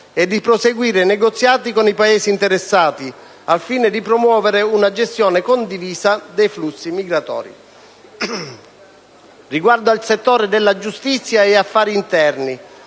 e di proseguire i negoziati con i Paesi interessati, al fine di promuovere una gestione condivisa dai flussi migratori. Riguardo al settore della giustizia e affari interni,